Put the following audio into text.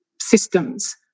systems